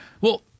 Well-